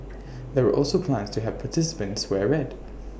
there were also plans to have participants wear red